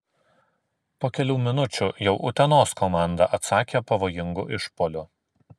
po kelių minučių jau utenos komanda atsakė pavojingu išpuoliu